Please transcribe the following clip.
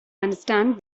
understand